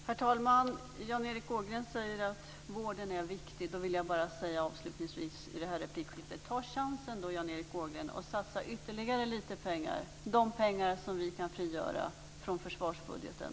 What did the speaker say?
Herr talman! Jan Erik Ågren säger att vården är viktig. Då vill jag bara avslutningsvis i det här replikskiftet säga: Ta chansen, Jan Erik Ågren, och satsa ytterligare lite pengar, de pengar som vi kan frigöra från försvarsbudgeten!